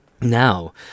Now